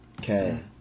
Okay